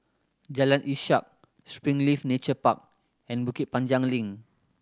Jalan Ishak Springleaf Nature Park and Bukit Panjang Link